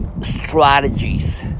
Strategies